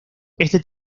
este